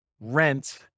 rent